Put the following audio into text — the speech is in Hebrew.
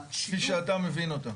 שהשילוב --- כפי שאתה מבין אותה.